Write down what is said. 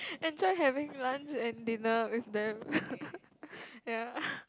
enjoy having lunch and dinner with them ya